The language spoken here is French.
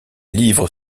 livres